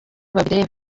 bibareba